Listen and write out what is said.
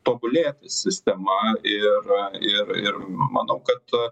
tobulėti sistema ir ir ir manau kad